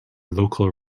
local